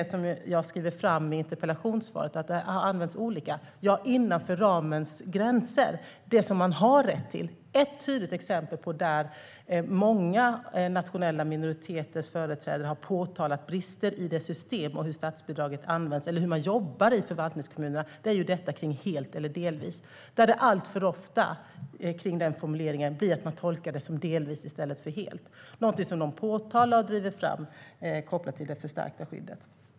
Som jag angav i interpellationssvaret används det statsbidrag man har rätt till olika innanför ramens gränser. Ett tydligt exempel där många nationella minoriteters företrädare har påtalat brister i systemet när det gäller hur statsbidraget används och hur man jobbar i förvaltningskommunerna är tolkningen av helt eller delvis. Alltför ofta med den formuleringen tolkar man det som delvis i stället för helt. Detta har påtalats om det förstärkta skyddet.